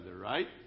right